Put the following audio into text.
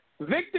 Victor